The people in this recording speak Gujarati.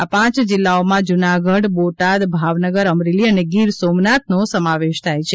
આ પાંચ જિલ્લાઓમાં જૂનાગઢ બોટાદ ભાવનગર અમરેલી અને ગીર સોમનાથનો સમાવેશ થાય છે